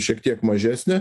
šiek tiek mažesnė